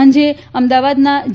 સાંજે અમદાવાદના જે